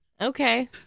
Okay